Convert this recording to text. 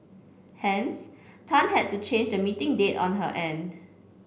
hence Tan had to change the meeting date on her end